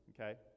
okay